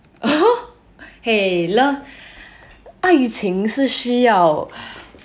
!hey! love 爱情是需要